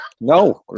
No